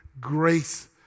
grace